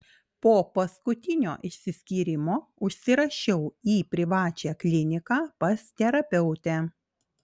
po paskutinio išsiskyrimo užsirašiau į privačią kliniką pas terapeutę